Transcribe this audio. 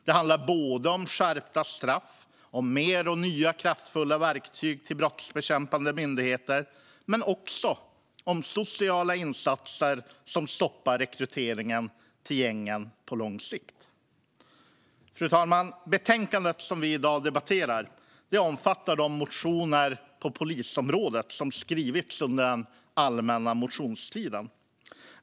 Det handlar både om skärpta straff och om fler och nyare kraftfulla verktyg till brottsbekämpande myndigheter liksom om sociala insatser som stoppar rekryteringen till gängen på lång sikt. Fru talman! Det betänkande som vi i dag debatterar omfattar de motioner om polisfrågor som väckts under den allmänna motionstiden.